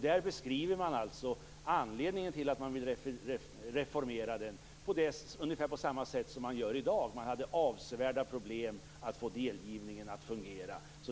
Där beskriver man anledningen till att man ville reformera den på ungefär samma sätt som man gör i dag: Man hade avsevärda problem att få delgivningen att fungera.